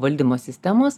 valdymo sistemos